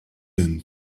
then